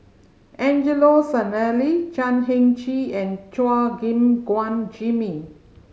Angelo Sanelli Chan Heng Chee and Chua Gim Guan Jimmy